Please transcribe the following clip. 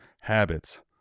habits